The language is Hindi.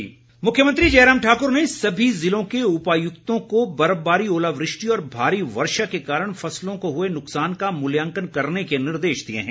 मूल्यांकन मुख्यमंत्री जयराम ठाकर ने सभी जिलों के उपायक्तों को बर्फबारी ओलावृष्टि और भारी वर्षा के कारण फसलों को हुए नुकसान का मूल्यांकन करने के निर्देश दिए हैं